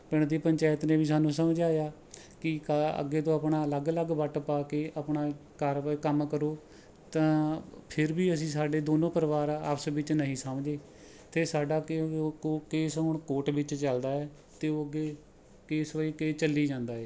ਪਿੰਡ ਦੀ ਪੰਚਾਇਤ ਨੇ ਵੀ ਸਾਨੂੰ ਸਮਝਾਇਆ ਕਿ ਕਾ ਅੱਗੇ ਤੋਂ ਆਪਣਾ ਅਲੱਗ ਅਲੱਗ ਵੱਟ ਪਾ ਕੇ ਆਪਣਾ ਕਾਰਵ ਕੰਮ ਕਰੋ ਤਾਂ ਫਿਰ ਵੀ ਅਸੀਂ ਸਾਡੇ ਦੋਨੋਂ ਪਰਿਵਾਰ ਆ ਆਪਸ ਵਿੱਚ ਨਹੀਂ ਸਮਝੇ ਅਤੇ ਸਾਡਾ ਕੇਸ ਹੁਣ ਕੋਰਟ ਵਿੱਚ ਚਲਦਾ ਹੈ ਅਤੇ ਉਹ ਅੱਗੇ ਕੇਸ ਵਾਈਜ ਕੇਸ ਚੱਲੀ ਜਾਂਦਾ ਹੈ